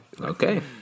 Okay